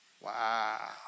Wow